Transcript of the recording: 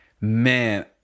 man